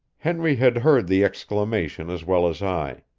henry had heard the exclamation as well as i.